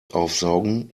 aufsaugen